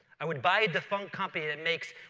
i would buy a defunct company that makes